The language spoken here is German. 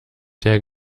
der